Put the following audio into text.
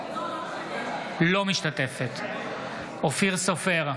אינה משתתפת בהצבעה אופיר סופר,